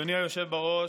אדוני היושב-ראש,